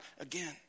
again